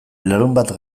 larunbat